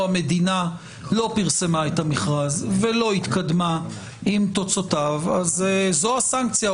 המדינה לא פרסמה את המכרז ולא התקדמה עם תוצאותיו אז זו הסנקציה,